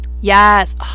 Yes